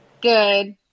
Good